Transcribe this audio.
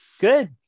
Good